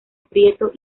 prieto